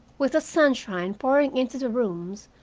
with the sunshine pouring into the rooms,